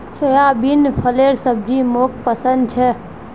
soybean फलीर सब्जी मोक पसंद छे